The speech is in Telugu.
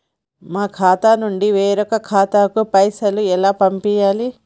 మా ఖాతా నుండి వేరొక ఖాతాకు పైసలు ఎలా పంపియ్యాలి?